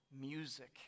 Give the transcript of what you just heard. music